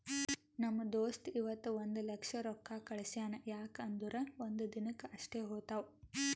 ನಮ್ ದೋಸ್ತ ಇವತ್ ಒಂದ್ ಲಕ್ಷ ರೊಕ್ಕಾ ಕಳ್ಸ್ಯಾನ್ ಯಾಕ್ ಅಂದುರ್ ಒಂದ್ ದಿನಕ್ ಅಷ್ಟೇ ಹೋತಾವ್